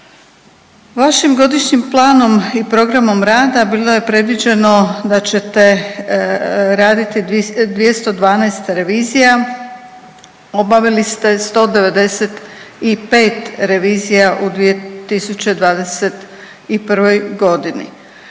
Vašim godišnjim planom i programom rada bilo je predviđeno da ćete raditi 212 revizija, obavili ste 195 revizija u 2021. godini.